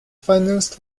financed